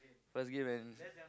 first game ends